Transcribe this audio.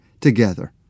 together